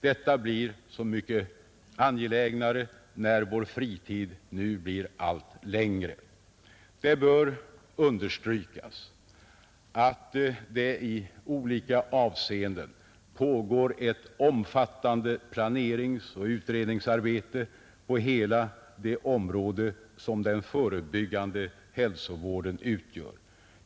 Detta blir så mycket angelägnare när vår fritid nu blir allt längre. Det bör understrykas att det i olika avseenden pågår ett omfattande planeringsoch utredningsarbete på hela det område som den förebyggande hälsovården utgör.